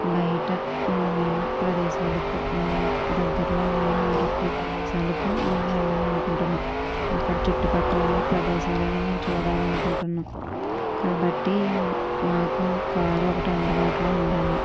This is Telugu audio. బయట అందమైన ప్రదేశాలకు మా దగ్గరలో ఉన్న అరకు ప్రదేశాలకు మేము వెళ్లాలి అనుకుంటున్నాను అక్కడ చుట్టుపక్కల ఉన్న ప్రదేశాలను మేము చూడాలి అనుకుంటున్నా కాబట్టి మాకు కారు ఒకటి అందుబాటులో ఉండాలి